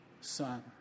Son